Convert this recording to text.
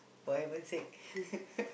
for heaven's sake